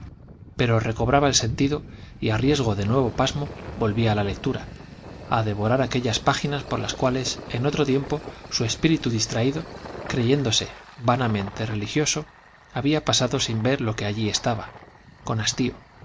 pero recobraba el sentido y a riesgo de nuevo pasmo volvía a la lectura a devorar aquellas páginas por las cuales en otro tiempo su espíritu distraído creyéndose vanamente religioso había pasado sin ver lo que allí estaba con hastío